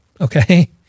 Okay